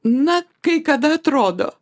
na kai kada atrodo